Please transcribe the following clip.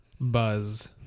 Buzz